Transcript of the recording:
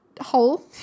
hole